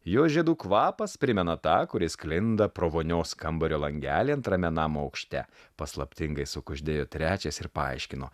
jo žiedų kvapas primena tą kuris sklinda pro vonios kambario langelį antrame namo aukšte paslaptingai sukuždėjo trečias ir paaiškino